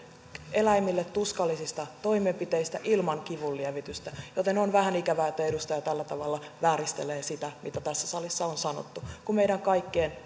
eläimille tuskallisista toimenpiteistä ilman kivunlievitystä joten on vähän ikävää että edustaja tällä tavalla vääristelee sitä mitä tässä salissa on sanottu kun meidän kaikkien